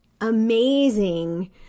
amazing